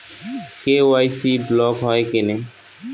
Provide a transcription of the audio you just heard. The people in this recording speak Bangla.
কে.ওয়াই.সি ব্লক হয় কেনে?